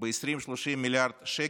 ב-20 30 מיליארד שקל,